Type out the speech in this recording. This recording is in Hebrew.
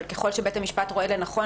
אבל ככל שבית המשפט רואה לנכון,